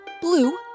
blue